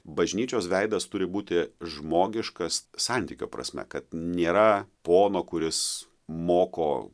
bažnyčios veidas turi būti žmogiškas santykio prasme kad nėra pono kuris moko